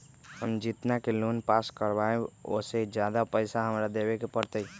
हम जितना के लोन पास कर बाबई ओ से ज्यादा पैसा हमरा देवे के पड़तई?